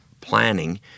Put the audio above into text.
planning